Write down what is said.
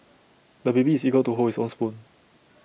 the baby is eager to hold his own spoon